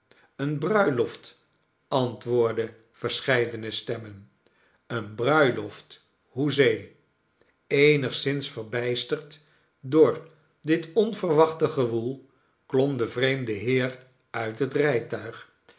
eene bruiloft antwoordden verscheidene stemmen eene bruiloft hoezee eenigszins verbijsterd door dit onverwachte gewoel klom de vreemde heer uit het rijtuig